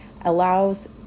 allows